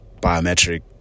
biometric